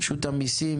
רשות המיסים,